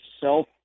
self